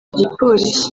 igipolisi